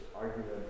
argument